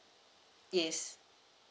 yes